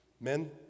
men